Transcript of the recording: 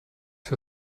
für